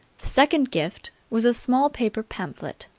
second gift was a small paper pamphlet.